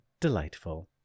delightful